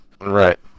Right